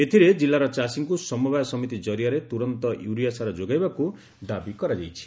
ଏଥରେ ଜିଲ୍ଲାର ଚାଷୀଙ୍କ ସମବାୟ ସମିତି କରିଆରେ ତୁରନ୍ତ ୟୁରିଆ ସାର ଯୋଗାଇବାକୁ ଦାବି କରାଯାଇଛି